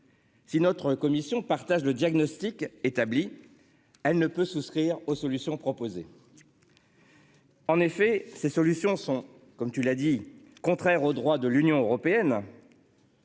Si notre commission partage le diagnostic établi. Elle ne peut souscrire aux solutions proposées.-- En effet, ces solutions sont comme tu l'as dit contraire au droit de l'Union européenne.--